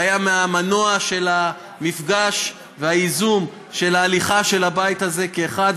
שהיה המנוע של המפגש והייזום של ההליכה של הבית הזה כאחד,